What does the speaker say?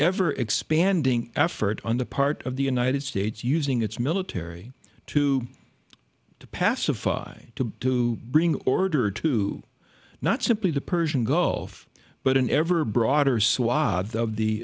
ever expanding effort on the part of the united states using its military to pacify to bring order to not simply the persian gulf but an ever broader swathe of the